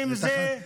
מאות חטופים.